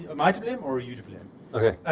am i to blame? or are you to blame?